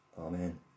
Amen